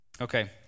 okay